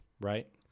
right